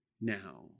now